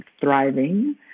thriving